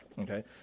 Okay